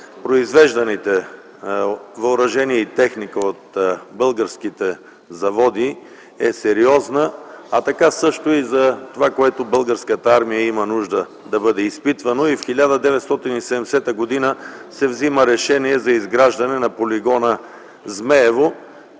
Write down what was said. произвежданите въоръжение и техника от българските заводи е сериозна, а така също и това, от което Българската армия има нужда да бъде изпитвано и в 1970 г. се взема решение за изграждане на полигона „Змейово”.